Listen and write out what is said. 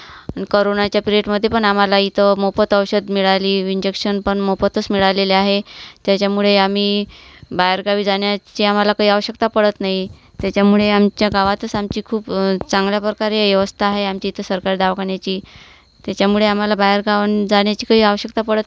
आणि करोनाच्या प्रेटमध्ये पण आम्हाला इथं मोफत औषधं मिळाली इंजेक्शन पण मोफतच मिळालेले आहे त्याच्यामुळे आम्ही बाहेरगावी जाण्याची आम्हाला काही आवश्यकता पडत नाही त्याच्यामुळे आमच्या गावातच आमची खूप चांगल्या प्रकारे व्यवस्था आहे आमची इथं सरकारी दवाखान्याची त्याच्यामुळे आम्हाला बाहेरगावात जाण्याची काही आवश्यकता पडत नाही